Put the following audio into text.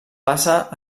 passa